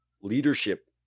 leadership